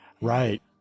Right